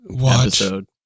episode